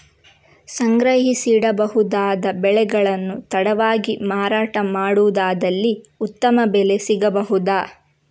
ಸಂಗ್ರಹಿಸಿಡಬಹುದಾದ ಬೆಳೆಗಳನ್ನು ತಡವಾಗಿ ಮಾರಾಟ ಮಾಡುವುದಾದಲ್ಲಿ ಉತ್ತಮ ಬೆಲೆ ಸಿಗಬಹುದಾ?